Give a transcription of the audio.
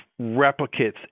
replicates